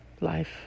life